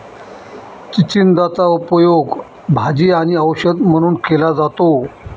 चिचिंदाचा उपयोग भाजी आणि औषध म्हणून केला जातो